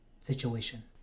situation